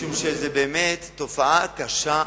משום שזאת באמת תופעה קשה מאוד,